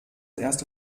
erste